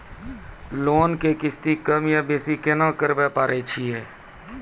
Loan के किस्ती कम या बेसी केना करबै पारे छियै?